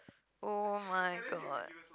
[oh]-my-god